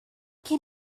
can